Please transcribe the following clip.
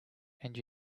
and